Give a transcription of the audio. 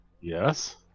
Yes